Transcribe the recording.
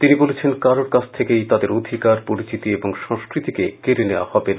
তিনি বলেন কারোর কাছ থেকেই তাদের অধিকার পরিচিতি এবং সংস্কৃতিকে কেড়ে নেওয়া হবে না